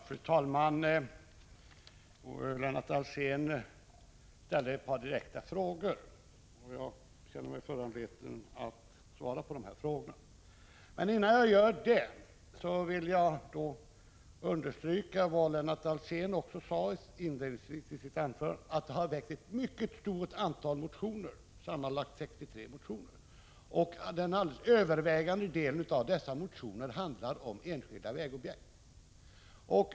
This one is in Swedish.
Fru talman! Lennart Alsén ställde ett par direkta frågor, och jag känner mig föranledd att svara på dem. Innan jag gör det vill jag understryka vad Lennart Alsén sade inledningsvis i sitt anförande. Det har väckts ett mycket stort antal motioner, sammanlagt 63, och den helt övervägande delen av dem handlar om enskilda vägobjekt.